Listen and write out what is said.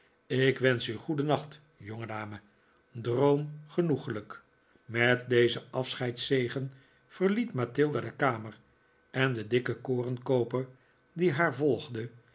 ik wensch u goedennacht jongedame droom genoeglijk met dezen afscheidszegen verliet mathilda de kamer en de dikke korenkooper die haar volgde